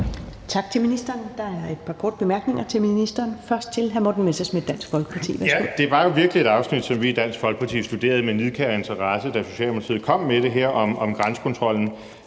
Tak til ministeren. Der er et par korte bemærkninger til ministeren, først fra hr. Morten Messerschmidt, Dansk Folkeparti. Værsgo. Kl. 15:21 Morten Messerschmidt (DF): Det var jo virkelig et afsnit, som vi i Dansk Folkeparti studerede med nidkær interesse, da Socialdemokratiet kom med det, altså om grænsekontrollen,